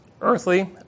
Earthly